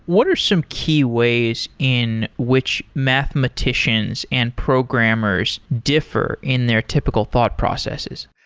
what are some key ways in which mathematicians and programmers differ in their typical thought processes?